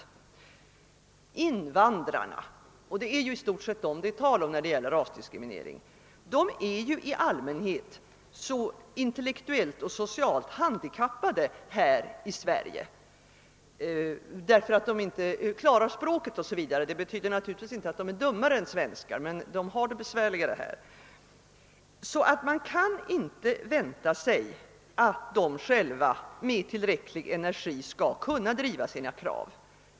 Invandrarna är — det är ju i stort sett dem det är tal om när det gäller rasdiskriminering — i allmänhet intellektuellt och socialt handikappade här i Sverige därför att de inte klarar språket o.s.v. Det betyder naturligtvis inte att de är dummare än svenskar, men de har det besvärligare här. Man kan därför inte vänta sig att de själva med tillräcklig energi skall kunna driva sina krav.